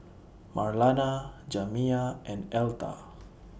Marlana Jamiya and Elta